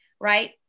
right